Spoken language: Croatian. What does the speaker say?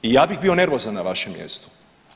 I ja bih bio nervozan na vašem mjestu.